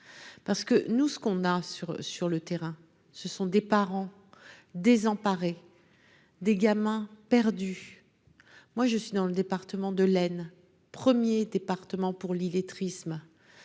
parce que nous, ce qu'on a sur sur le terrain, ce sont des parents désemparés, des gamins perdus, moi je suis dans le département de Len 1er département pour l'illettrisme,